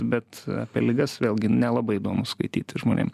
bet apie ligas vėlgi nelabai įdomu skaityti žmonėm